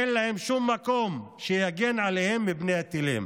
אין להם שום מקום שיגן עליהם מפני הטילים.